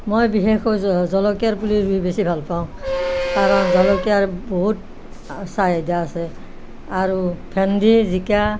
মই বিশেষকৈ জ জলকীয়া পুলি ৰুই বেছি ভাল পাওঁ কাৰণ জলকীয়াৰ বহুত চাহিদা আছে আৰু ভেন্দি জিকা